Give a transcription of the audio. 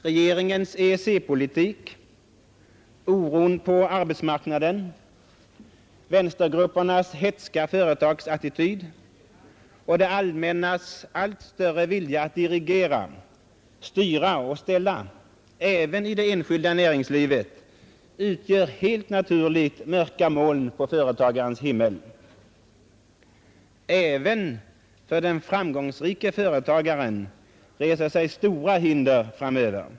Regeringens EEC-politik, oron på arbetsmarknaden, vänstergruppernas hätska företagsattityd och det allmännas allt större vilja att dirigera, styra och ställa även i det enskilda näringslivet utgör helt naturligt mörka moln på företagarens himmel. Även för den framgångsrike företagaren reser sig stora hinder framöver.